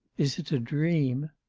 is it a dream